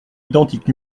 identiques